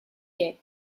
quais